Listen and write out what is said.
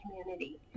community